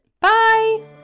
Bye